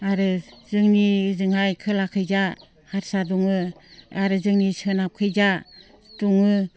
आरो जोंनि ओजोंहाय खोलाखैजा हारसा दङ आरो जोंनि सोनाबखैजा दङ